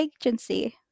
agency